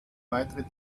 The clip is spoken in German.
weitere